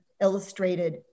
illustrated